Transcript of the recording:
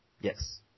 Yes